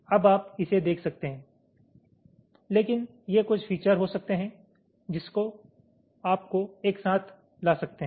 अब आप इसे देख सकते हैं लेकिन ये कुछ फीचर हो सकते हैं जिसको आपको एक साथ ला सकते हैं